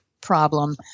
problem